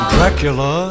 Dracula